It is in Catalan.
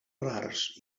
rars